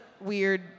weird